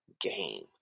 game